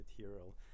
material